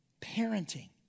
parenting